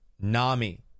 Nami